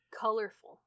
colorful